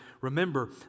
remember